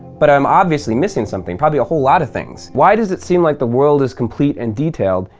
but i'm obviously missing something, probably a whole lot of things. why does it seem like the world is complete and detailed,